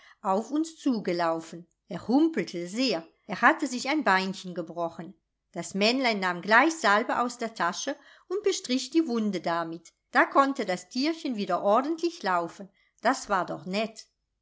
auf uns zugelaufen er humpelte sehr er hatte sich ein beinchen gebrochen das männlein nahm gleich salbe aus der tasche und bestrich die wunde damit da konnte das tierchen wieder ordentlich laufen das war doch nett